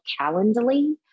Calendly